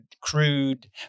crude